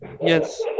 Yes